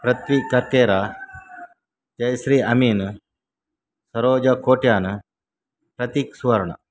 Prithvi Karkera Jayashree Ameen Saroja Kotian Prateek Suvarna